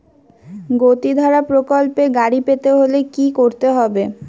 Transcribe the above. গতিধারা প্রকল্পে গাড়ি পেতে হলে কি করতে হবে?